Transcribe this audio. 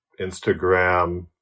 Instagram